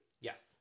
Yes